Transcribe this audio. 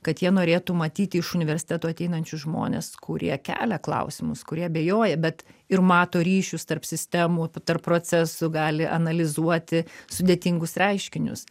kad jie norėtų matyti iš universitetų ateinančius žmones kurie kelia klausimus kurie abejoja bet ir mato ryšius tarp sistemų tarp procesų gali analizuoti sudėtingus reiškinius